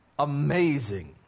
Amazing